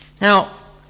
Now